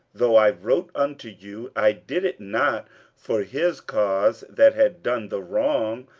though i wrote unto you, i did it not for his cause that had done the wrong,